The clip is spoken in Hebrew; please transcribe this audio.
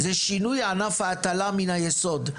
זה שינוי ענף ההטלה מן היסוד,